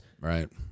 right